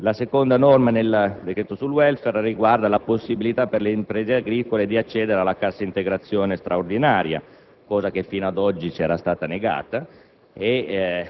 anch'essa nel decreto sul *welfare*, riguarda la possibilità per le imprese agricole di accedere alla cassa integrazione straordinaria, che fino ad oggi era stata negata